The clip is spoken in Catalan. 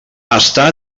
estar